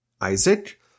Isaac